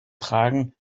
tragen